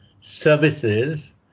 services